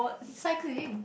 cycling